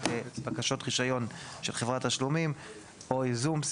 בקשות רישיון של חברת תשלומים או ייזום.